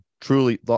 truly